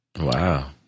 Wow